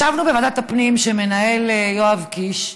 ישבנו בוועדת הפנים שמנהל יואב קיש,